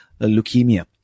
leukemia